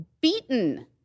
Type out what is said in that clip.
beaten